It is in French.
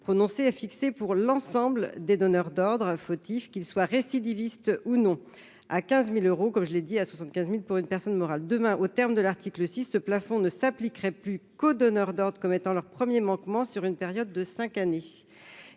est en effet fixé pour l'ensemble des donneurs d'ordre fautifs, qu'ils soient récidivistes ou non, à 15 000 euros pour une personne physique et à 75 000 euros pour une personne morale. Aux termes de l'article 6, ce plafond ne s'appliquerait plus qu'aux donneurs d'ordre commettant leur premier manquement sur une période de cinq années.